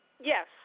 Yes